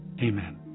Amen